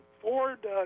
Ford